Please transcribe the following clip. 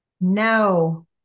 no